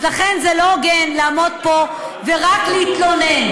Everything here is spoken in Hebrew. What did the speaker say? אז לכן זה לא הוגן לעמוד פה ורק להתלונן.